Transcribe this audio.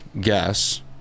guess